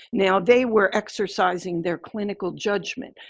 now they were exercising their clinical judgment.